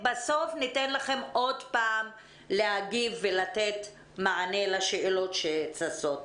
בסוף ניתן לכם עוד פעם להגיב ולתת מענה לשאלות שצצות.